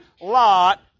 Lot